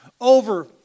over